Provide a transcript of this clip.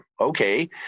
okay